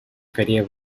скорее